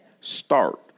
Start